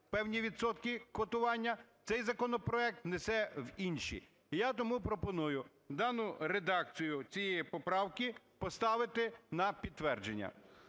певні відсотки квотування, цей законопроект внесе в інші. І я тому пропоную дану редакцію цієї поправки поставити на підтвердження.